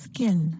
Skin